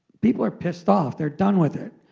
people are pissed off. they're done with it.